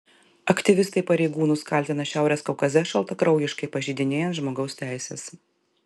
aktyvistai pareigūnus kaltina šiaurės kaukaze šaltakraujiškai pažeidinėjant žmogaus teises